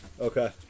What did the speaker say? Okay